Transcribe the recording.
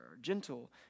gentle